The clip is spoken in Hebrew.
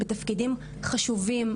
בתפקידים חשובים,